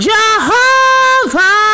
Jehovah